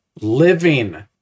living